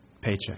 paycheck